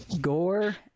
Gore